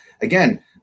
again